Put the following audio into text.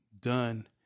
done